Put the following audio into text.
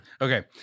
Okay